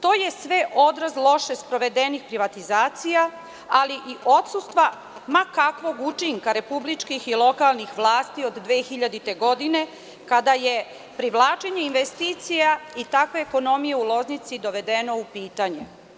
To je sve odraz loše sprovedenih privatizacija, ali i odsustva ma kakvog učinka republičkih i lokalnih vlasti od 2000. godine kada je privlačenje investicija i takve ekonomije u Loznici dovedeno u pitanje.